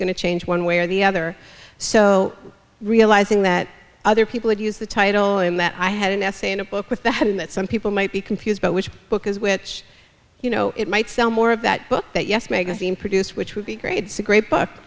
going to change one way or the other so realizing that other people would use the title and that i had an essay in a book with that in that some people might be confused about which book is which you know it might sell more of that book that yes magazine produce which would be great it's a great book